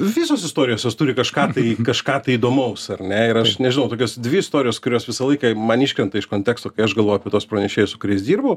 visos istorijos jos turi kažką tai kažką tai įdomaus ar ne ir aš nežinau tokios dvi istorijos kurios visą laiką man iškrenta iš konteksto kai aš galvoju apie tuos pranešėjus su kuriais dirbu